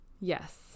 yes